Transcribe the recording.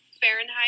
fahrenheit